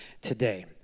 today